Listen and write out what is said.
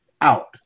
out